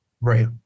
Right